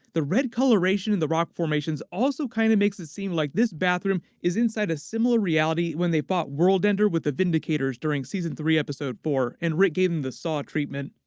the red coloration in the rock formations also kind of makes it seem like this bathroom is inside a similar reality when they fought world ender with the vindicators during season three episode four, and rick gave them the saw treatment.